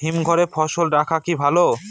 হিমঘরে ফসল রাখা কি ভালো?